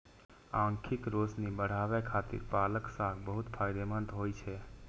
आंखिक रोशनी बढ़ाबै खातिर पालक साग बहुत फायदेमंद होइ छै